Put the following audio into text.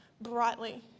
brightly